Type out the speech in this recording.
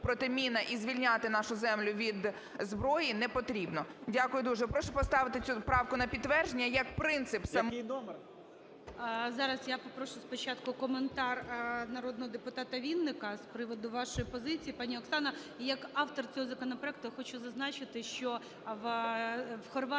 протимінна і звільняти нашу землю від зброї не потрібно. Дякую дуже. Прошу поставити цю правку на підтвердження як принцип сам... ВІННИК І.Ю. Який номер? ГОЛОВУЮЧИЙ. Зараз я попрошу спочатку коментар народного депутата Вінника з приводу вашої позиції, пані Оксана. І як автор цього законопроекту я хочу зазначити, що в Хорватії,